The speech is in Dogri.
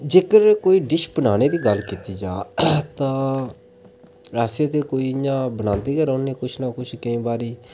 जेकर कोई डिश बनाने दी गल्ल कीती जा तां अस बनांदे रौंह्ने किश ना किश केईं बारी